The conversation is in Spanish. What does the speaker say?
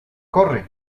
corre